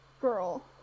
Girl